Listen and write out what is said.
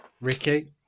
Ricky